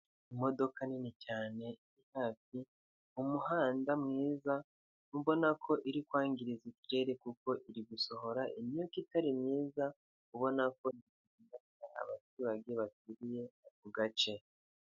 Imodoka nini cyane iri hafi mu muhanda mwiza ubona ko iri kwangiriza ikirere kuko iri gusohora imyuka itari myiza, ubona ko iri kwangiriza abaturage baturiye ako gace.